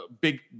big